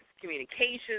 communications